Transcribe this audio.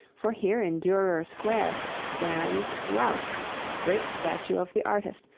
for here in durer square stands rauch's great statue of the artist,